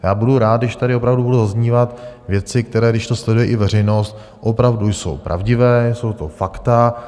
Já budu rád, když tady opravdu budou zaznívat věci, které, když to sleduje i veřejnost, opravdu jsou pravdivé, jsou to fakta.